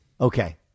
Okay